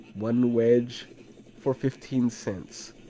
one wedge for fifteen cents,